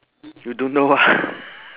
you don't know